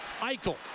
Eichel